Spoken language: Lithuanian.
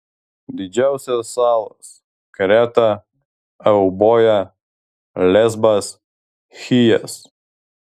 didžiausios salos kreta euboja lesbas chijas